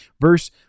verse